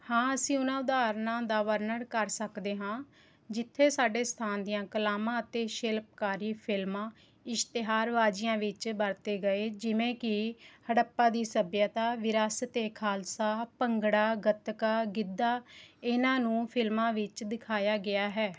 ਹਾਂ ਅਸੀਂ ਉਹਨਾਂ ਉਦਾਹਰਨਾਂ ਦਾ ਵਰਨਣ ਕਰ ਸਕਦੇ ਹਾਂ ਜਿੱਥੇ ਸਾਡੇ ਸਥਾਨ ਦੀਆਂ ਕਲਾਵਾਂ ਅਤੇ ਸ਼ਿਲਪਕਾਰੀ ਫਿਲਮਾਂ ਇਸ਼ਤਿਹਾਰ ਵਾਜੀਆਂ ਵਿੱਚ ਵਰਤੇ ਗਏ ਜਿਵੇਂ ਕਿ ਹੜੱਪਾ ਦੀ ਸੱਭਿਅਤਾ ਵਿਰਾਸਤ ਏ ਖਾਲਸਾ ਭੰਗੜਾ ਗੱਤਕਾ ਗਿੱਧਾ ਇਨ੍ਹਾਂ ਨੂੰ ਫਿਲਮਾਂ ਵਿੱਚ ਦਿਖਾਇਆ ਗਿਆ ਹੈ